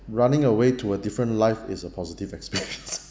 running away to a different life is a positive experience